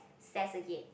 stairs again